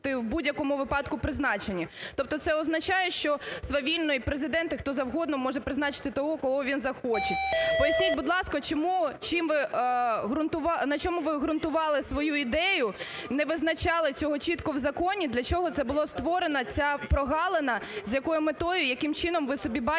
мають бути в будь-якому випадку призначені. Тобто це означає, що свавільно і Президент, і хто завгодно може призначити того, кого він захоче. Поясніть, будь ласка, чому, чим ви, на чому ви ґрунтували свою ідею, не визначали цього чітко в законі? Для чого це було створено, ця прогалина, з якою метою, яким чином ви собі бачите,